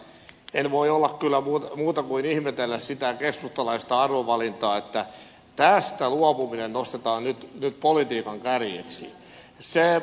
en voi kyllä muuta kuin ihmetellä sitä keskustalaista arvovalintaa että tästä luopuminen nostetaan nyt politiikan kärjeksi